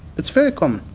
it's very common.